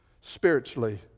Spiritually